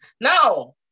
No